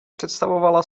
představovala